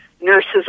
nurses